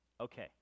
Okay